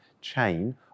chain